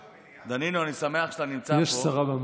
דנינו, אני שמח שאתה נמצא פה.